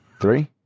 Three